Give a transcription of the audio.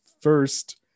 first